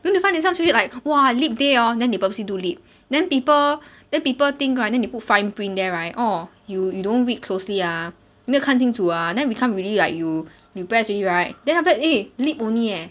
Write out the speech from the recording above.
don't you find it sounds really like !wah! lip day hor then they purposely do lip then people then people think right then they put fine print there right orh you don't read closely ah 没有看清楚 ah then become really like you you press already right then after that eh lip only eh